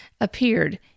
appeared